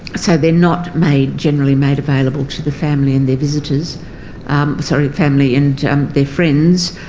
so they're not made generally made available to the family and their visitors sorry, family and their friends,